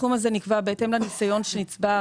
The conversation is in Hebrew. הסכום הזה נקבע בהתאם לניסיון שנצבר